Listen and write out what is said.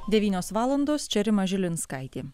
devynios valandos čia rima žilinskaitė